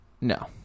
No